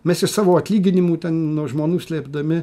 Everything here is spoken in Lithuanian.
mes iš savo atlyginimų ten nuo žmonų slėpdami